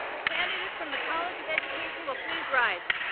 the candidates from the college of education will please rise.